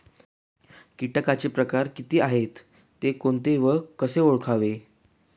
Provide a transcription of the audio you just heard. किटकांचे प्रकार किती आहेत, ते कोणते व कसे ओळखावे?